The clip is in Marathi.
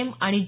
एम आणि ए